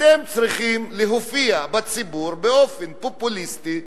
אתם צריכים להופיע בציבור באופן פופוליסטי,